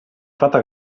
fatta